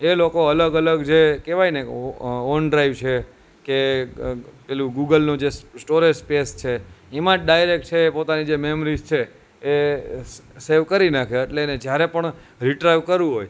એ લોકો અલગ અલગ જે કહેવાયને કે ઓન ડ્રાઈવ છે કે પેલું ગોગલનું જે સ્ટોરેજ સ્પેસ છે એમાં જ ડાઇરેક્ટ છે પોતાની જે મેમરીઝ છે એ સેવ કરી નાખે એટલે એને જ્યારે પણ રિટ્રાઈવ કરવું હોય